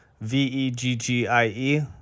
V-E-G-G-I-E